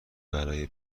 برای